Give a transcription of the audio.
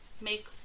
make